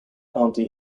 county